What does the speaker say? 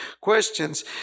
questions